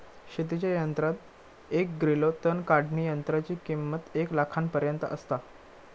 शेतीच्या यंत्रात एक ग्रिलो तण काढणीयंत्राची किंमत एक लाखापर्यंत आसता